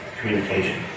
communication